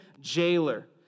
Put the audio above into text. jailer